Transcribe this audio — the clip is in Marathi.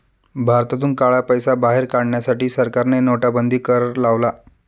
भारतातून काळा पैसा बाहेर काढण्यासाठी सरकारने नोटाबंदी कर लावला